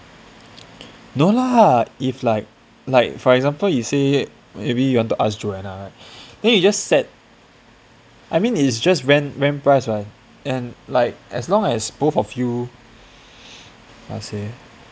no lah if like like for example you say maybe you want to ask joanna they you just send I mean it's just rent rent price right and like as long as both of you how say